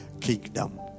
kingdom